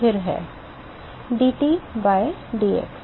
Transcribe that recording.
DT by dx